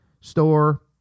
store